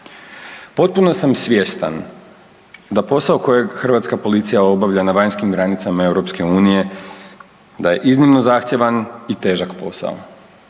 Potpuno sam svjestan da posao kojeg hrvatska policija obavlja na vanjskim granicama EU da je iznimno zahtjevan i težak posao.